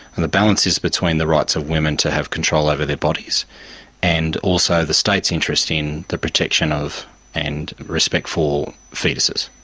and the balance is between the rights of women to have control over their bodies and also the state's interest in the protection of and respect for foetuses.